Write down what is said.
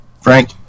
Frank